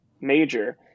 major